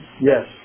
Yes